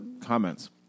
comments